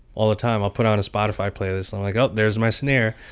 all the time. i'll put on a spotify playlist. i'm like, oh, there's my snare.